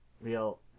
real